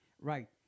right